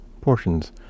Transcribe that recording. portions